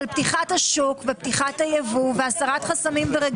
פתיחת השוק ופתיחת היבוא והסרת חסמים ורגולציה.